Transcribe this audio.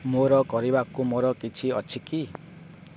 ମୋର କରିବାକୁ ମୋର କିଛି ଅଛି କି